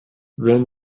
würden